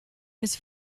his